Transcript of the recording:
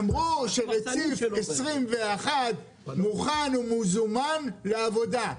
אמרו שרציף 21 מוכן ומזומן לעבודה.